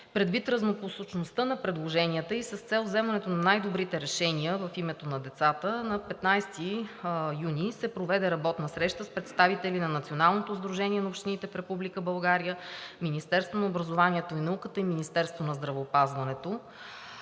Предвид разнопосочността на предложенията и с цел взимането на най-добрите решения в името на децата на 15 юни се проведе работна среща с представители на Националното сдружение на общините в Република България, Министерството на образованието и науката и Министерството на здравеопазването.